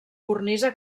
cornisa